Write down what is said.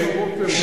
איך?